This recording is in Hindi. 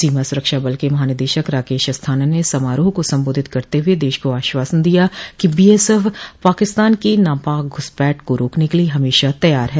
सीमा सुरक्षाबल के महानिदेशक राकेश अस्थाना ने समारोह को संबोधित करते हुए देश को आश्वासन दिया कि बीएसएफ पाकिस्तान की नापाक घुसपैठ रोकने के लिए हमेशा तैयार है